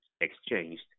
exchanged